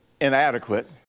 inadequate